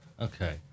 Okay